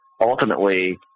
ultimately